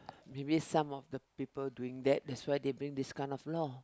maybe some of the people doing that that's why they bring this kind of law